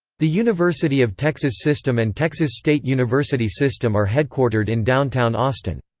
the university of texas system and texas state university system are headquartered in downtown austin.